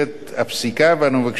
ואנו מבקשים לעגן אותה בחוק.